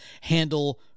handle